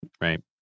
right